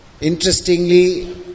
interestingly